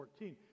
14